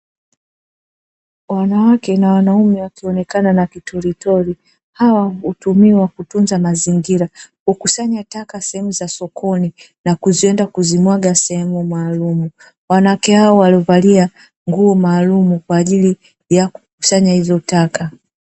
Wanawake na wanaume wakionekana na kituritori, hawa hutumiwa kutunza mazingira hukusanya taka sehemu za sokoni, na kuzienda kuzimwaga sehemu maalumu wanawake hao walivalia nguo maalum kwa ajili ya kufanya hizo taka.